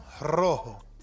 rojo